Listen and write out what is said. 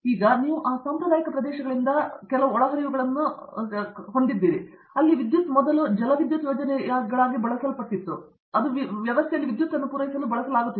ಈಗ ನೀವು ಆ ಸಾಂಪ್ರದಾಯಿಕ ಪ್ರದೇಶಗಳಿಂದ ತೆಗೆದುಕೊಳ್ಳಲು ಒಳಹರಿವುಗಳನ್ನು ಹೊಂದಿದ್ದೀರಿ ಅಲ್ಲಿ ವಿದ್ಯುತ್ ಮೊದಲು ಜಲವಿದ್ಯುತ್ ಯೋಜನೆಗಳಾಗಿ ಬಳಸಲ್ಪಟ್ಟಿದ್ದು ಅದು ವ್ಯವಸ್ಥೆಯಲ್ಲಿ ವಿದ್ಯುತ್ ಪೂರೈಸಲು ಬಳಸಲಾಗುತ್ತದೆ